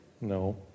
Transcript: No